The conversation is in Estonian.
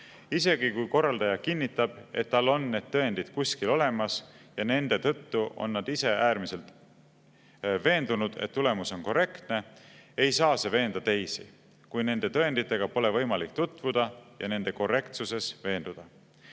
Isegi kui korraldaja kinnitab, et tal on need tõendid kuskil olemas, ja nende tõttu on nad ise äärmiselt veendunud, et tulemus on korrektne, ei saa see veenda teisi – kui nende tõenditega pole võimalik tutvuda ja nende korrektsuses veenduda.